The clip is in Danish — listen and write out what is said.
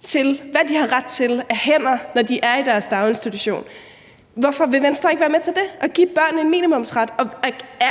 til hvad de har ret til af hænder, når de er i deres daginstitution. Hvorfor vil Venstre ikke være med til det, altså at give børnene en minimumsret, og